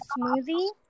smoothie